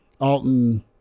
Alton